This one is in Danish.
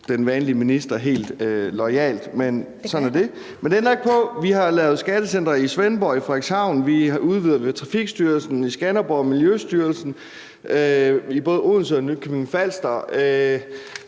Det gør jeg da!), men sådan er det. Men det ændrer ikke på, at vi har lavet skattecentre i Svendborg og i Frederikshavn, vi udvider i Trafikstyrelsen i Skanderborg og i Miljøstyrelsen i både Odense og Nykøbing Falster